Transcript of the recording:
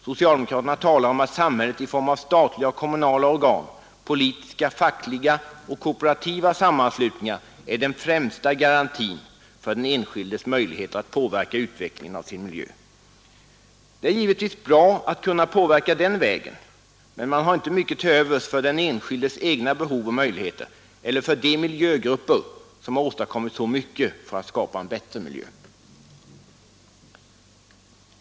Socialdemokraterna talar om att samhället i form av statliga och kommunala organ, politiska fackliga och kooperativa sammanslutningar är den främsta garantin den enskildes möjlighet att påverka utvecklingen av sin miljö. Det är givetvis bra att kunna påverka den vägen, men man har inte mycket till övers för den enskildes egna behov och möjligheter eller för de miljögrupper som har åstadkommit så mycket för att skapa en bättre miljö.